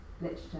literature